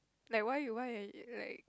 like why you why you err like